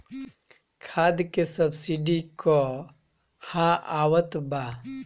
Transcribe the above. खाद के सबसिडी क हा आवत बा?